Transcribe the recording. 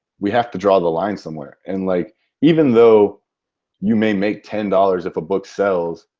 we have to draw the line somewhere. and like even though you may make ten dollars if a book sells.